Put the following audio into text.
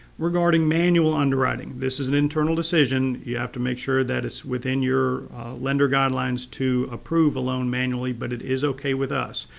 regarding manual underwriting, this is an internal decision. you have to make sure it is within your lender guidelines to approve a loan manually. but it is ok with us.